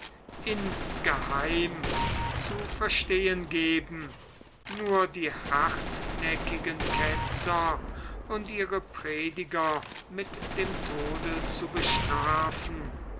ingeheim zu verstehen geben nur die hartnäckigen ketzer und ihre prediger mit dem tode zu bestrafen